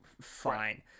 Fine